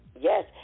Yes